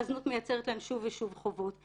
והזנות מייצרת להן שוב ושוב חובות.